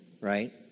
right